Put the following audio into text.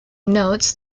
notes